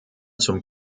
zum